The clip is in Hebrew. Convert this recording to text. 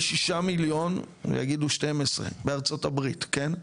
ושישה מיליון יגידו 12, בארצות הברית, כן?